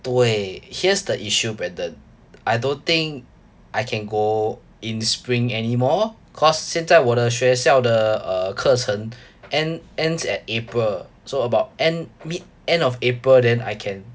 对 here's the issue brandon I don't think I can go in spring anymore cause 现在我的学校的 uh 课程 end ends at april so about end mid end of april then I can